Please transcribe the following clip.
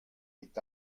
est